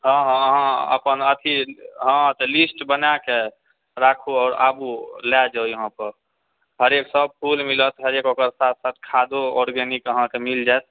हँ हँ अहाँ अपन अथि हँ तऽ लिस्ट बनाके राखु आओर आबु लय जाउ यहाँ पर हरेक सब फूल मिलत हरेक ओकर साथ साथ खादो ऑर्गेनिक अहाँकेँ मिल जाइत